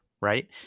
right